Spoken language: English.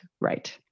right